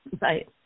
Right